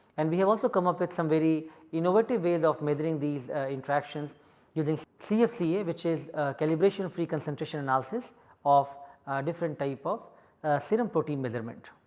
and we have also come up with some very innovative ways of measuring these interactions using cfca, which is calibration free concentration analysis of different type of serum protein measurement.